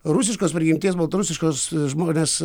rusiškos prigimties baltarusiškos žmonės